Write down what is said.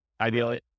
ideally